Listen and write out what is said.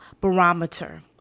barometer